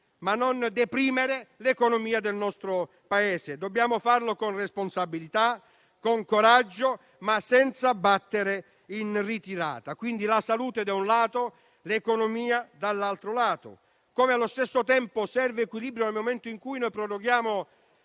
ma non deprimere l'economia del Paese. Dobbiamo farlo con responsabilità, con coraggio, ma senza battere in ritirata. Quindi ci sono la salute da un lato e l'economia dall'altro. Allo stesso tempo serve equilibrio nel momento in cui proroghiamo,